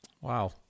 Wow